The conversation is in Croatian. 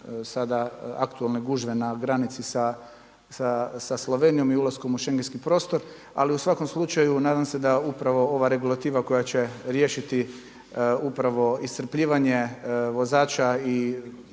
sada aktualne gužve na granici sa Slovenijom i ulaskom u schengenski prostor, ali u svakom slučaju nadam se da upravo ova regulativa koja će riješiti upravo iscrpljivanje vozača i